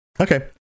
Okay